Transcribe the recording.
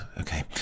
Okay